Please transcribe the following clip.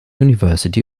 university